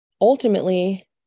ultimately